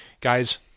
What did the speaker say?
guys